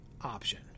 option